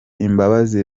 imbabazi